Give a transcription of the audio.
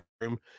room